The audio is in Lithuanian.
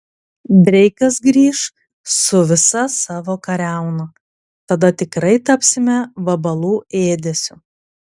dreikas grįš su visa savo kariauna tada tikrai tapsime vabalų ėdesiu